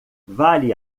vale